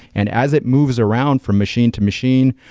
and as it moves around from machine to machine,